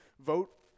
Vote